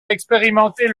expérimenter